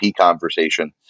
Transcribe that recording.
conversation